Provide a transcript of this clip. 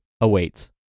awaits